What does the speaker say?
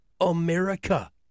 America